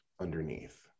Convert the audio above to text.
underneath